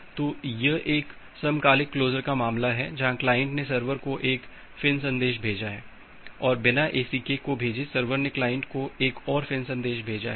तो यह एक समकालिक क्लोसर का मामला है जहां क्लाइंट ने सर्वर को एक फ़िन् संदेश भेजा है और बिना एसीके को भेजे सर्वर ने क्लाइंट को एक और फिन संदेश भेजा है